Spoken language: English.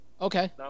Okay